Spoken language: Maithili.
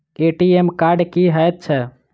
ए.टी.एम कार्ड की हएत छै?